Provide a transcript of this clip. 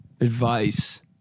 advice